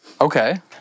Okay